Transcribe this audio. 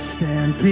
Stand